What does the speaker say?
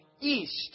east